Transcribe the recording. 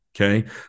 Okay